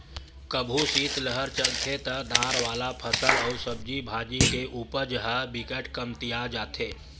कभू सीतलहर चलथे त दार वाला फसल अउ सब्जी भाजी के उपज ह बिकट कमतिया जाथे